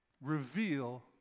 reveal